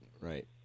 Right